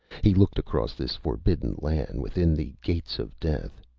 he looked across this forbidden land within the gates of death.